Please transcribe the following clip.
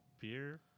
Beer